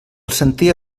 sentia